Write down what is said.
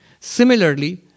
Similarly